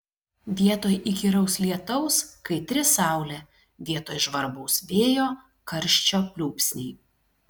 vietoj įkyraus lietaus kaitri saulė vietoj žvarbaus vėjo karščio pliūpsniai